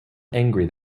angry